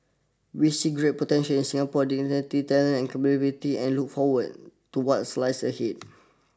we see great potential in Singapore's talent and and look forward to what slice ahead